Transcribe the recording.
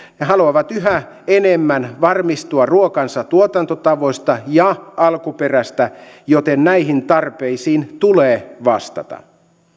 yhä enemmän varmistua ruokansa tuotantotavoista ja alkuperästä joten näihin tarpeisiin tulee vastata